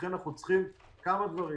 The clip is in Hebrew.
ולכן אנחנו צריכים כמה דברים.